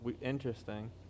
interesting